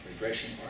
regression